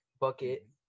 bucket